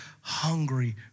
hungry